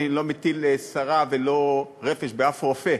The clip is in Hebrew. אני לא מטיל סרה ולא רפש באף רופא,